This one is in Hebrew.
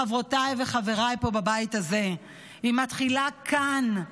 חברותיי וחבריי, פה בבית הזה, מתחילה כאן,